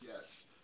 yes